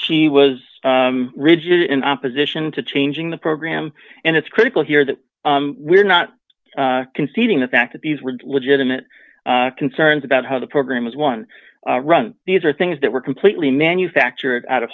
she was rigid in opposition to changing the program and it's critical here that we're not conceding the fact that these were legitimate concerns about how the program is one run these are things that were completely manufactured out